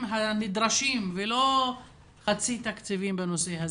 הנדרשים ולא חצאי תקציבים בנושא הזה.